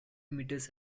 meters